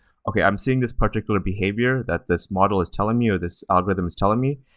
okay. i'm seeing this particular behavior that this model is telling me, or this algorithm is telling me.